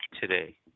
today